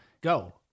Go